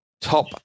top